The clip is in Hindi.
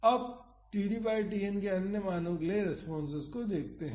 अब td बाई Tn के अन्य मानों के लिए रेस्पॉन्सेस को देखते हैं